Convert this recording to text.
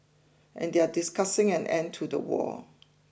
and they are discussing an end to the war